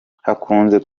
hakunze